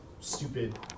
stupid